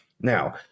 Now